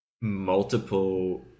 multiple